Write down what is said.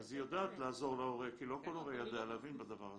אז היא יודעת לעזור להורה כי לא כל הורה יודע להבין בדבר הזה.